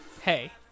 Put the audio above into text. hey